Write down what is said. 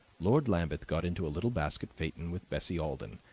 lord lambeth got into a little basket phaeton with bessie alden,